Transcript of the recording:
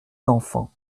d’enfant